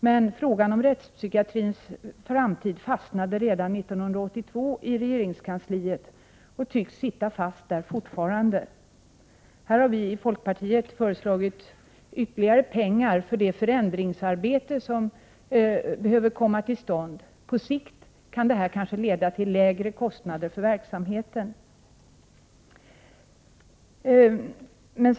Men frågan om rättspsykiatrins framtid fastnade redan 1982 i regeringskansliet och tycks sitta fast där fortfarande. I detta avseende har vii folkpartiet föreslagit att ytterligare pengar anslås för det förändringsarbete som behöver komma till stånd. På sikt kan sådana insatser kanske leda till lägre kostnader för verksamheten.